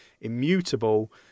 Immutable